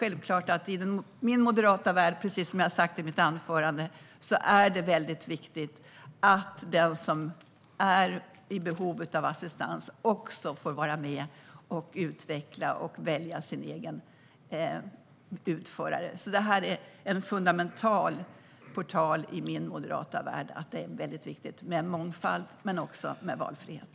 I min moderata värld är det, precis som jag sa i mitt huvudanförande, självklart väldigt viktigt att den som är i behov av assistans också får vara med och välja sin egen utförare och utveckla. I min moderata värld är det en fundamental portal att det är väldigt viktigt med mångfald och valfrihet.